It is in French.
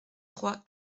trois